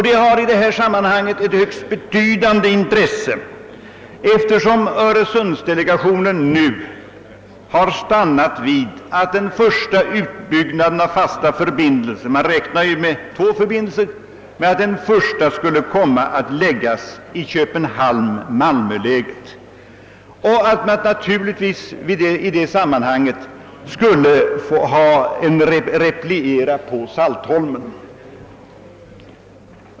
Det har i det ta sammanhang högst betydande intresse, eftersom öresundsdelegationen nu har stannat vid att den första utbyggnaden av fasta förbindelser — man räknar ju med två förbindelser — skulle komma att läggas i Köpenhamn—Malmöläget, som då naturligtvis skulle repliera på Saltholm.